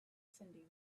cyndi